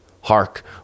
Hark